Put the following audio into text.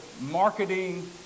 marketing